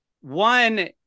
One